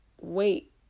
wait